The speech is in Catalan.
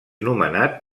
nomenat